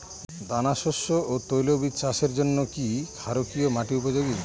দানাশস্য ও তৈলবীজ চাষের জন্য কি ক্ষারকীয় মাটি উপযোগী?